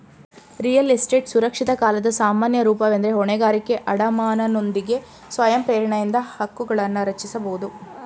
real estate ಸುರಕ್ಷಿತ ಕಾಲದ ಸಾಮಾನ್ಯ ರೂಪವೆಂದ್ರೆ ಹೊಣೆಗಾರಿಕೆ ಅಡಮಾನನೊಂದಿಗೆ ಸ್ವಯಂ ಪ್ರೇರಣೆಯಿಂದ ಹಕ್ಕುಗಳನ್ನರಚಿಸಬಹುದು